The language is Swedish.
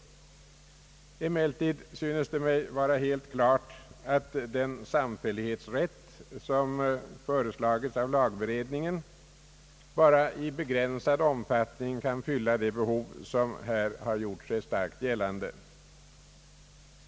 Emellertid synes det mig vara helt klart att den samfällighetsrätt som föreslagits av lagberedningen bara i begränsad omfattning kan fylla det behov som här har gjort sig starkt gällande.